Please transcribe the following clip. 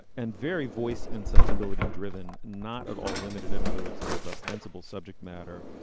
and very voice and sensibility driven not at all limited in other words to its ostensible subject matter.